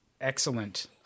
excellent